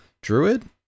druid